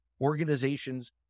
organization's